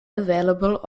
available